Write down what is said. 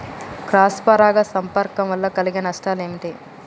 Cross పరాగ సంపర్కం వల్ల కలిగే నష్టాలు ఏమిటి?